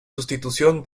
sustitución